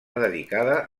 dedicada